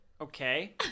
Okay